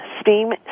STEAM